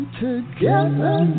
together